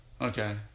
okay